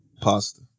Pasta